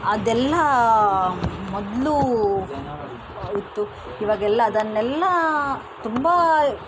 ಅದೆಲ್ಲ ಮೊದಲು ಇತ್ತು ಇವಾಗೆಲ್ಲ ಅದನ್ನೆಲ್ಲ ತುಂಬ